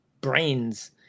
brains